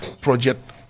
project